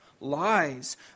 lies